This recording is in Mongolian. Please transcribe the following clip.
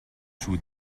шүү